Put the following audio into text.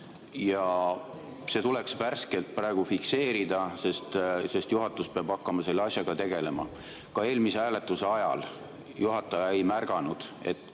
See tuleks värskelt praegu fikseerida, sest juhatus peab hakkama selle asjaga tegelema. Ka eelmise hääletuse ajal juhataja ei märganud, et